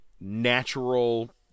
natural